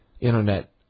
internet